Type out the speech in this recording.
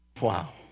Wow